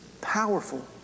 powerful